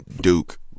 Duke